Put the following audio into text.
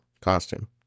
costume